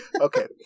Okay